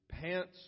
pants